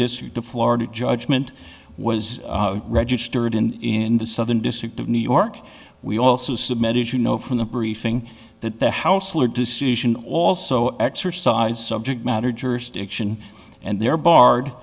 district of florida judgment was registered in in the southern district of new york we also submitted you know from the briefing that the house floor decision also exercise subject matter jurisdiction and they are barred